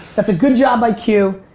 that's a good job by q.